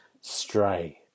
Stray